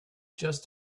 just